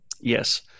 Yes